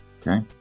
Okay